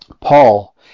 paul